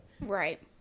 Right